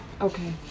Okay